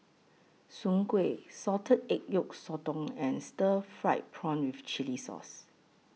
Soon Kway Salted Egg Yolk Sotong and Stir Fried Prawn with Chili Sauce